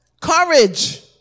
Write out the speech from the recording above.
Courage